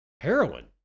heroin